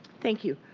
thank you.